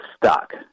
stuck